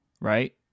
right